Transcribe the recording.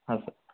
हा सर